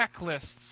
checklists